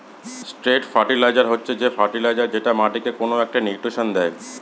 straight fertiliser হচ্ছে যে fertiliser যেটা মাটিকে কোনো একটা নিউট্রিশন দেয়